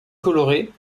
colorés